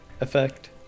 effect